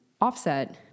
offset